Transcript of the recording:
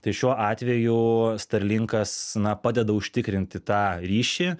tai šiuo atveju starlinkas na padeda užtikrinti tą ryšį